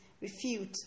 refute